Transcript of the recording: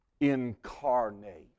incarnate